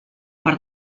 per